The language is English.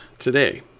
Today